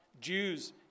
Jews